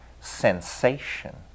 sensation